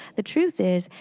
the truth is,